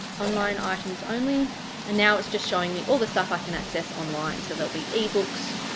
online items only and now it's just showing me all the stuff i can access online so there'll be ebooks,